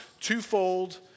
twofold